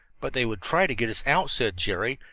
but they would try to get us out, said jerry.